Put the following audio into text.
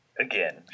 Again